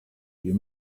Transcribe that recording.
you